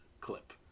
clip